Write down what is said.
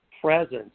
presence